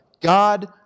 God